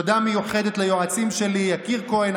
תודה מיוחדת ליועצים שלי יקיר כהן,